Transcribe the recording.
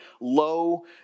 low